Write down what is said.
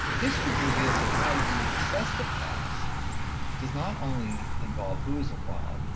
history reveals that how you assess the past does not only involve who is involved,